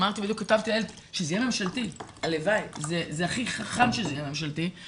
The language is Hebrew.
זה הכי חכם שזה יהיה ממשלתי.